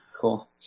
cool